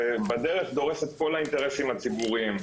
ובדרך דורס את כל האינטרסים הציבוריים.